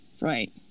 Right